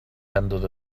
handed